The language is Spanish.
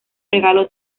regalo